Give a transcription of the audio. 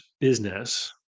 business